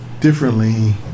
differently